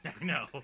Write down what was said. No